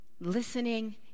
listening